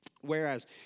Whereas